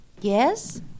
Yes